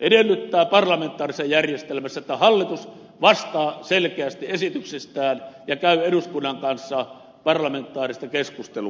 edellyttävät parlamentaarisessa järjestelmässä että hallitus vastaa selkeästi esityksistään ja käy eduskunnan kanssa parlamentaarista keskustelua